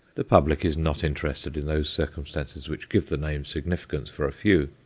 the public is not interested in those circumstances which give the name significance for a few,